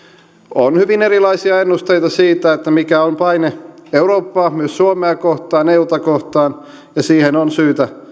on hyvin erilaisia ennusteita siitä mikä on paine eurooppaa myös suomea kohtaan euta kohtaan ja siihen on syytä